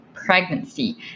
Pregnancy